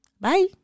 Bye